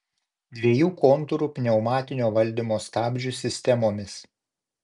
dviejų kontūrų pneumatinio valdymo stabdžių sistemomis